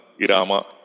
Irama